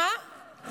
דקה ו-20.